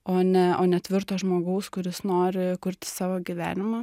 o ne o ne tvirto žmogaus kuris nori kurti savo gyvenimą